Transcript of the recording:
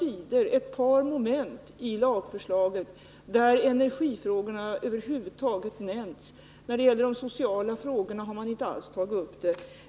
I ett par moment av lagförslaget har energifrågorna nämnts — de sociala frågorna har inte tagits upp alls.